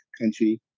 country